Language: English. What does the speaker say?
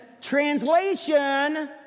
translation